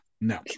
no